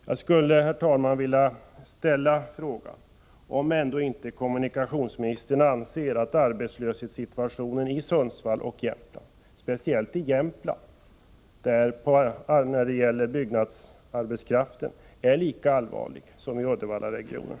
Jag skulle, herr talman, vilja fråga om kommunikationsministern inte anser att arbetslöshetssituationen i Sundsvallsregionen och i Jämtland, speciellt när det gäller byggarbetskraften, är lika allvarlig som i Uddevallaregionen.